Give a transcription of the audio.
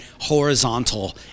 horizontal